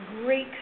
great